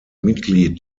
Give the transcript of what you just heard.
mitglied